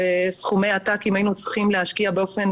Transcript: זה סכומי עתק אם היינו צריכים להשקיע באופן